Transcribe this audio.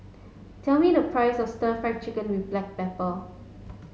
tell me the price of Stir Fry Chicken with Black Pepper